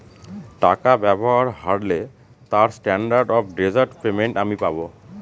টাকা ব্যবহার হারলে তার স্ট্যান্ডার্ড অফ ডেজার্ট পেমেন্ট আমি পাব